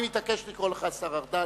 אני מתעקש לקרוא לך השר ארדן,